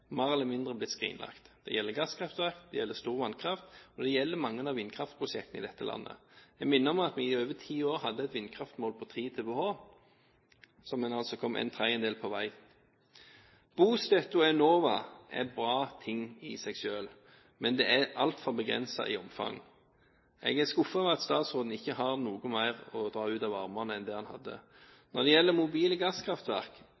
mer eller mindre blitt skrinlagt. Det gjelder gasskraftverk, det gjelder stor vannkraft, og det gjelder mange av vindkraftprosjektene i dette landet. Jeg minner om at vi i over ti år hadde et vindkraftmål på 3 TWh, hvor en altså er kommet en tredjedel på vei. Bostøtte og Enova er bra ting i seg selv, men det er altfor begrenset i omfang. Jeg er skuffet over at statsråden ikke har noe mer å dra ut av ermet enn det han